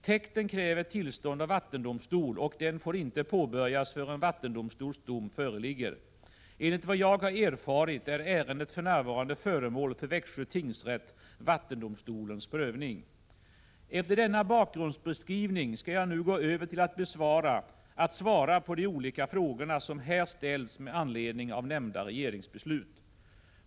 Täkten kräver tillstånd av vattendomstol, och den får inte påbörjas förrän vattendomstols dom föreligger. Enligt vad jag har erfarit är ärendet för närvarande föremål för Växjö tingsrätt, vattendomstolens prövning. Efter denna bakgrundsbeskrivning skall jag nu gå över till att svara på de olika frågor som här ställts med anledning av nämnda regeringsbeslut.